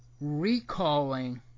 recalling